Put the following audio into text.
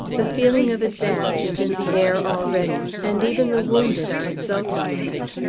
the feeling of advance is in the air already, and even the wounded are exulting in it.